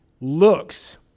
looks